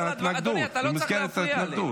במסגרת ההתנגדות.